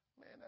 Man